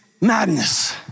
madness